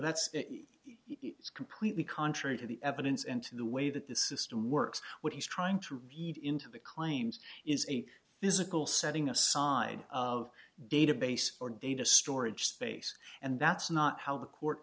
it's completely contrary to the evidence and the way that the system works what he's trying to read into the claims is a physical setting aside of database or data storage space and that's not how the court